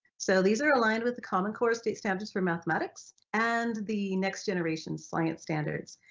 so these are aligned with the common core state standards for mathematics and the next generation science standards,